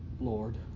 Lord